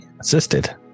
Assisted